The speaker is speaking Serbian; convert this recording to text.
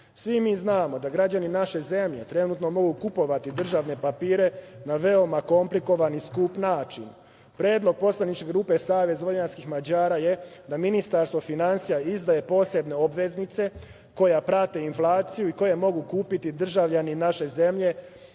Svi mi znamo da građani naše zemlje trenutno mogu kupovati državne papire na veoma komplikovan i skup način. Predlog poslaničke grupe Savez vojvođanskih Mađara je da Ministarstvo finansija izdaje posebne obveznice koje prate inflaciju i koje mogu kupiti državljani naše zemlje,